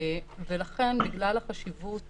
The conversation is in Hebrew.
ולכן בגלל החשיבות